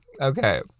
Okay